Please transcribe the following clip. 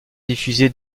diffusée